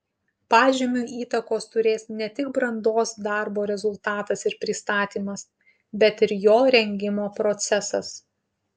pažymiui įtakos turės ne tik brandos darbo rezultatas ir pristatymas bet ir jo rengimo procesas